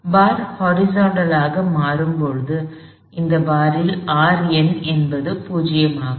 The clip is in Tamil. பார் கிடைமட்டமாக மாறும் போது அந்த பாரில் Rn என்பது 0 ஆகும்